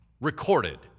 recorded